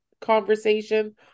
conversation